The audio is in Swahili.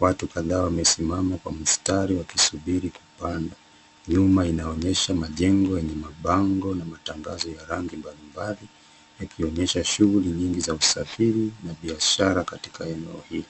Watu kadhaa wamesimama kwa mstari wakisubiri kupanda. Nyuma inaonyesha majengo yenye mabango na matangazo ya rangi mbalimbali, ikionyesha shughuli nyingi za usafiri na biashara katika eneo hilo.